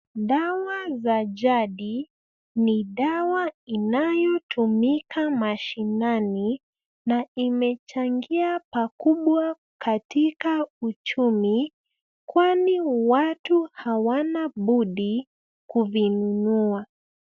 Dawa za jadi ni dawa inayo tumika mashinani na imechangia pakubwa katika uchumi kwani watu hawana budi kuvinunua.